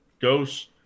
Ghosts